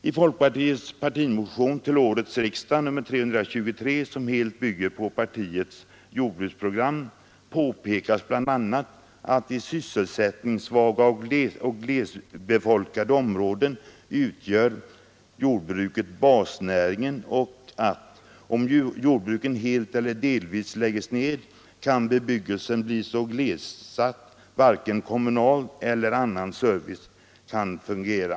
I folkpartiets partimotion till årets riksdag, nr 323, som helt bygger på partiets jordbruksprogram, påpekas bl.a. att jordbruket i sysselsättningssvaga och glesbefolkade områden utgör basnäringen och att om jordbruken helt eller delvis läggs ned kan bebyggelsen bli så gles att varken kommunal eller annan service kan fungera.